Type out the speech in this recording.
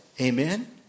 Amen